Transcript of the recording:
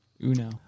Uno